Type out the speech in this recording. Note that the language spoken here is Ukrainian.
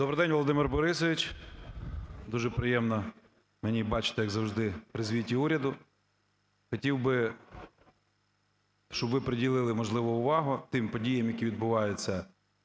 Добрий день, Володимир Борисович! Дуже приємно мені бачити, як завжди, при звіті уряду. Хотів би, щоб ви приділили, можливо, увагу тим подіям, які відбуваються